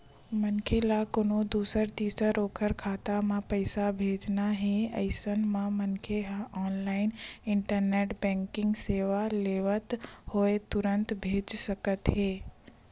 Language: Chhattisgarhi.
मनखे ल कोनो दूसर तीर ओखर खाता म पइसा भेजना हे अइसन म मनखे ह ऑनलाइन इंटरनेट बेंकिंग सेवा लेवत होय तुरते भेज सकत हे